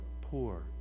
poor